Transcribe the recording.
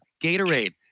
Gatorade